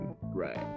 right